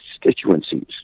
constituencies